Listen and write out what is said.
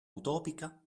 utopica